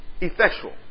effectual